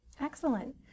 Excellent